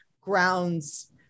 grounds